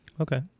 Okay